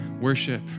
worship